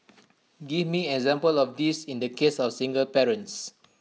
give me an example of this in the case of single parents